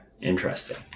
Interesting